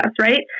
right